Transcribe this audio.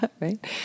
right